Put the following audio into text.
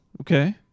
Okay